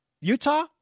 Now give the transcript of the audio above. Utah